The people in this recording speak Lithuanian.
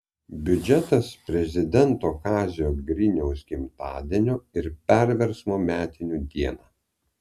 biudžetas prezidento kazio griniaus gimtadienio ir perversmo metinių dieną